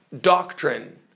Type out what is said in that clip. doctrine